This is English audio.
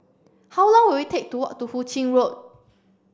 how long will it take to walk to Hu Ching Road